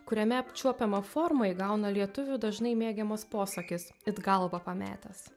kuriame apčiuopiamą formą įgauna lietuvių dažnai mėgiamas posakis it galvą pametęs